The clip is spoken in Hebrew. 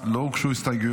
לא הוגשו הסתייגויות,